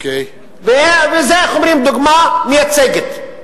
זה דוגמה מייצגת.